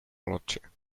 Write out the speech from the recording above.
lodger